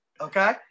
Okay